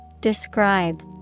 Describe